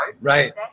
Right